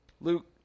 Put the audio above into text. Luke